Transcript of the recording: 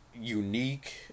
unique